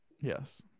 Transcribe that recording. Yes